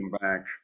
back